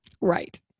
Right